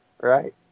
Right